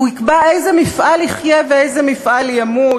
הוא יקבע איזה מפעל יחיה ואיזה מפעל ימות.